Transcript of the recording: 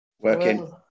Working